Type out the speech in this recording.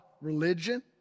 religion